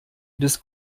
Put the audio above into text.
des